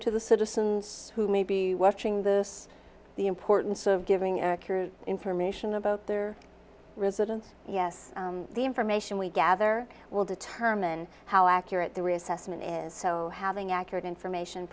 to the citizens who may be watching this the importance of giving accurate information about their resilience yes the information we gather will determine how accurate the reassessment is so having accurate information